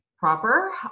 Proper